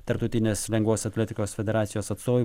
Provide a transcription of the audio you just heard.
tarptautinės lengvosios atletikos federacijos atstovai